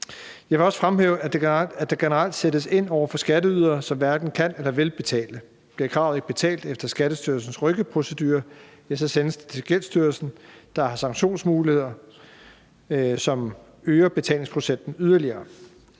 Jeg vil også fremhæve, at der generelt sættes ind over for skatteydere, som hverken kan eller vil betale. Bliver kravet ikke betalt efter Skattestyrelsens rykkeprocedure, sendes det til Gældsstyrelsen, der har sanktionsmuligheder, hvilket øger betalingsprocenten yderligere.